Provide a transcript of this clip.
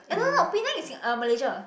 eh no no Penang is in uh Malaysia